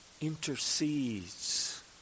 intercedes